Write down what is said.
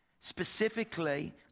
specifically